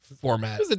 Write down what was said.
format